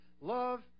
love